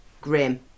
Grim